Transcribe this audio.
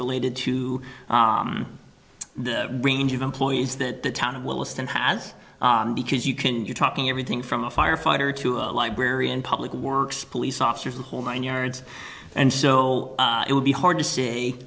related to the range of employees that the town of williston has because you can you're talking everything from a firefighter to a librarian public works police officers the whole nine yards and so it would be hard to s